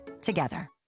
together